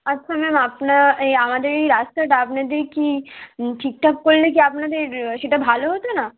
আচ্ছা ম্যাম আপনারা এই আমাদের এই রাস্তাটা আপনাদের কী ঠিকঠাক করলে কি আপনাদের সেটা ভালো হতো না